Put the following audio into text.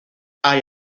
hay